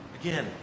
Again